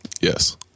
Yes